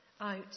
out